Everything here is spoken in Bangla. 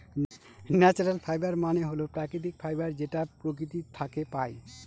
ন্যাচারাল ফাইবার মানে হল প্রাকৃতিক ফাইবার যেটা প্রকৃতি থাকে পাই